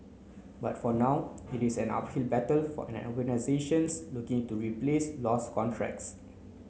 but for now it is an uphill battle for organisations looking to replace lost contracts